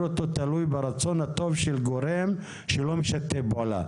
אותו תלוי ברצון הטוב של גורם שלא משתף פעולה.